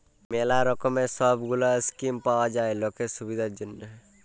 ম্যালা রকমের সব গুলা স্কিম পাওয়া যায় লকের সুবিধার জনহ